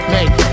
Make